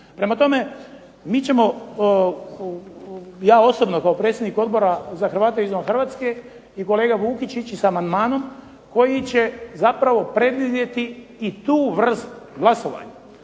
Prema tome, mi ćemo ja osobno kao predsjednik Odbora za Hrvate izvan Hrvatske i kolega Vukić ići sa amandmanom koji će zapravo predvidjeti i tu vrst glasovanja.